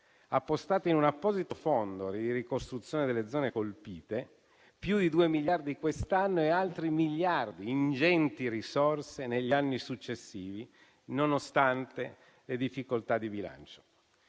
appostate in un apposito fondo di ricostruzione delle zone colpite: più di due miliardi quest'anno e altri miliardi (ingenti risorse) negli anni successivi, nonostante le difficoltà di bilancio.